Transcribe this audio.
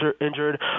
injured